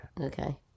Okay